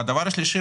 והדבר השלישי,